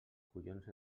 collons